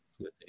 Good